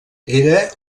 era